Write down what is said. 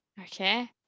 okay